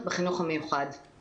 החינוך המיוחד שונה מהחינוך הרגיל.